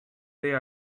they